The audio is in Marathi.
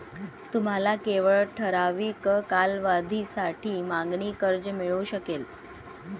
तुम्हाला केवळ ठराविक कालावधीसाठी मागणी कर्ज मिळू शकेल